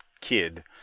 kid